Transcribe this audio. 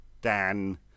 Dan